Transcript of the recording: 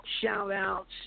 shout-outs